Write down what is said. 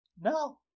no